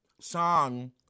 song